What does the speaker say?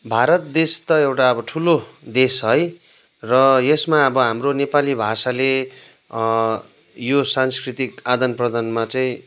भारत देश त एउटा अब ठुलो देश है र यसमा अब हाम्रो नेपाली भाषाले यो सांस्कृतिक आदान प्रदानमा चाहिँ